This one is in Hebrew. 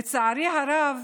לצערי הרב,